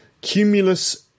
Cumulus